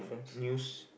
news